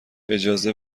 اجازه